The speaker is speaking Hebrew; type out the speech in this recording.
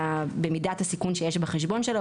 במידת הסיכון שיש בחשבון שלו,